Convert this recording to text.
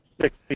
six